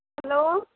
hello